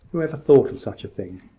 who ever thought of such a thing?